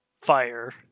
fire